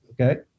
Okay